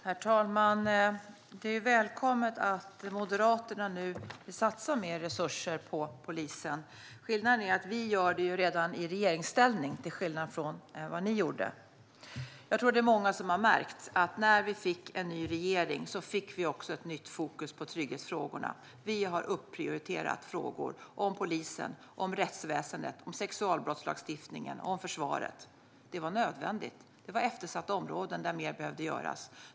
Herr talman! Det är välkommet att Moderaterna nu vill satsa mer resurser på polisen. Skillnaden är att vi gör det i regeringsställning, vilket ni inte gjorde. Jag tror att det är många som har märkt att när vi fick en ny regering fick vi också ett nytt fokus på trygghetsfrågorna. Vi har prioriterat upp frågor om polisen, rättsväsendet, sexualbrottslagstiftningen och försvaret. Det var nödvändigt. Det var eftersatta områden där mer behövde göras.